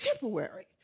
temporary